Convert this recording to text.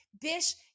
Bish